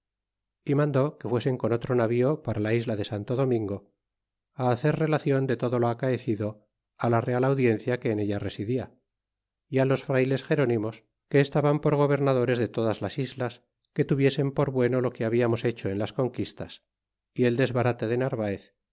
y mandó que fuesen con otro navío para la isla de santo domingo hacer relacion de todo lo acaecido la real audiencia que en ella residia y los frayles gerónimos que estaban por gobernadores de todas las islas que tuviesen por bueno lo que hablamos hecho en las conquistas y el desbarate de narvaez